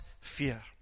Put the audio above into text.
fear